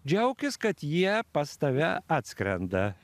džiaukis kad jie pas tave atskrenda